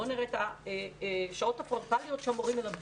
בואו נראה את שעות הפרונטליות שמורים מלמדים,